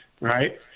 right